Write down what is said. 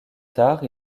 tard